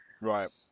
Right